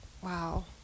Wow